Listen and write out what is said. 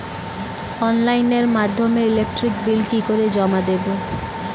অনলাইনের মাধ্যমে electric bill কি করে জমা দেবো?